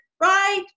right